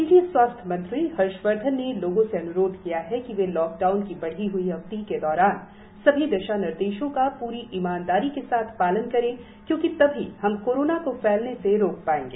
केन्द्रीय स्वास्थ्य मव्वी हर्षवर्धन ने लोगोप्से अनुरोध किया है कि वे लॉकडाउन की बढ़ी हुई अवधि के दौरान सभी दिशानिर्देशो का पूरी ईमानदारी के साथ पालन करें क्योक्रि तभी हम कोरोना को फैलने से रोक पायेंगे